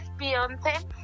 Beyonce